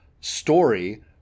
story